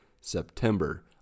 September